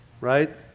right